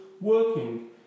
working